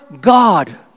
God